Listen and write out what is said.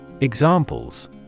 Examples